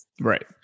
Right